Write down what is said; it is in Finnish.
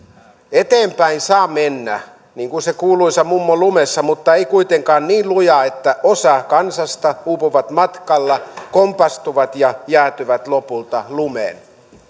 eteenpäin saa mennä niin kuin se kuuluisa mummo lumessa mutta ei kuitenkaan niin lujaa että osa kansasta uupuu matkalla kompastuu ja jäätyy lopulta lumeen